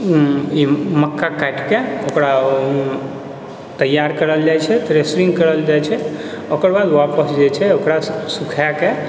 ई मक्का काटिके तैयार करल जाइ छै थ्रेसिङ्ग करल जाइ छै ओकर बाद वापस जे छै ओकरा सुखाके